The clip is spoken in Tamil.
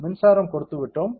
மின்சாரம் கொடுத்துவிட்டோம்